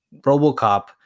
Robocop